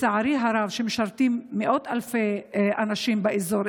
שמשרתים מאות אלפי אנשים באזור,